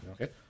Okay